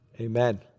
amen